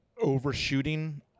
overshooting